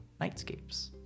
nightscapes